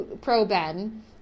pro-Ben